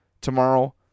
tomorrow